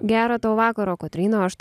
gero tau vakaro kotryna o aš